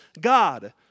God